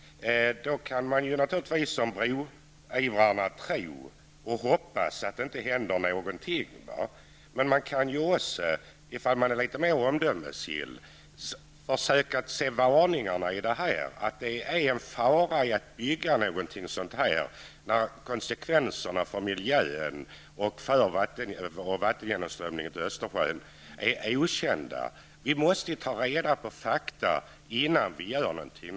Då kan man naturligtvis, som broivrarna, tro och hoppas att det inte händer någonting. Men man kan också, om man är litet mer omdömesgill, försöka se varningarna i det. Det är en fara att bygga någonting sådant här när konsekvenserna för miljön och vattengenomströmningen till Östersjön är okända. Vi måste ju ta reda på fakta innan vi gör någonting.